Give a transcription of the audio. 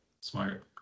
smart